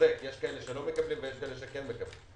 צודק יש כאלה שלא מקבלים ויש כאלה שכן מקבלים.